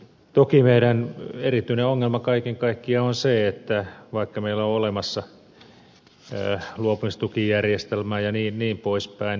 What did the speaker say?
toki meidän erityinen ongelma kaiken kaikkiaan on se että vaikka meillä on olemassa luopumistukijärjestelmä jnp